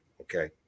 Okay